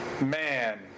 man